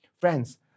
Friends